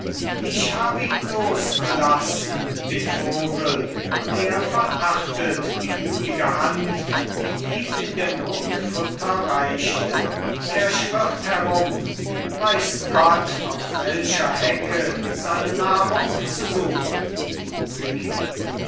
ich hab ihn losgelassen den vogel und er verachtet die gütige hand die ihm in der not futter reichte er schwirrt herum weiß gott auf welcher hecke seine nahrung zu suchen sickingen